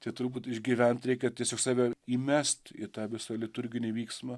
čia turbūt išgyvent reikia tiesiog save įmest į tą visą liturginį vyksmą